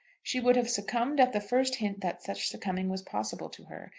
she would have succumbed at the first hint that such succumbing was possible to her.